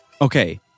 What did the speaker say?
okay